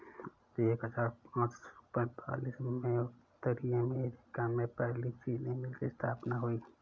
एक हजार पाँच सौ पैतीस में उत्तरी अमेरिकी में पहली चीनी मिल की स्थापना हुई